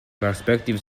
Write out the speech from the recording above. prospective